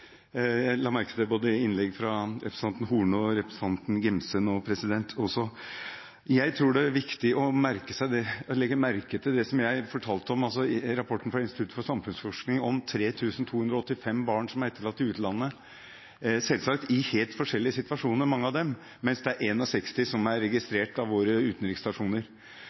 Jeg la merke til det i innlegget fra både representanten Horne og representanten Angell Gimse nå også. Jeg tror det er viktig å merke seg det som jeg fortalte om i rapporten fra Institutt for samfunnsforskning, om 3 285 barn som er etterlatt i utlandet, selvsagt i helt forskjellige situasjoner mange av dem, mens det er 61 som er registrert av våre utenriksstasjoner.